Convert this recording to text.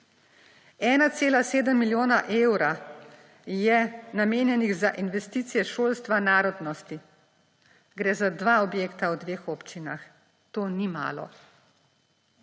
1,7 milijona evra je namenjenih za investicije v šolstvo narodnosti. Gre za dva objekta v dveh občinah. To ni malo.